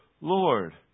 Lord